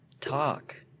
talk